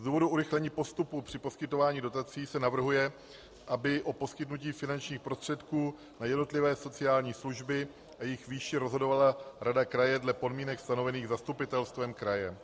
Z důvodů urychlení postupu při poskytování dotací se navrhuje, aby o poskytnutí finančních prostředků na jednotlivé sociální služby a jejich výši rozhodovala rada kraje dle podmínek stanovených zastupitelstvem kraje.